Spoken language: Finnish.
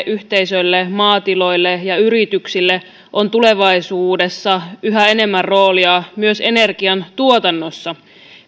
yhteisöille maatiloille ja yrityksille on tulevaisuudessa yhä enemmän roolia myös energiantuotannossa